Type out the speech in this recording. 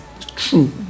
true